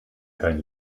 kein